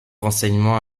renseignements